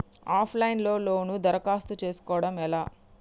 Of line లో loan దరఖాస్తు చేసుకోవడం ఎలా?